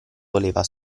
voleva